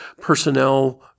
personnel